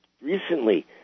recently